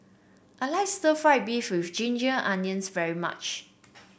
I like stir fry beef with Ginger Onions very much